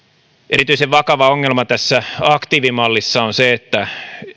erityisen vakava ongelma tässä aktiivimallissa on se että